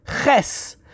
Ches